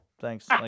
Thanks